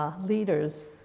leaders